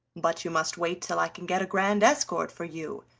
but you must wait till i can get a grand escort for you,